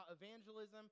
evangelism